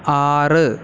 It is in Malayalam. ആറ്